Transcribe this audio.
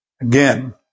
Again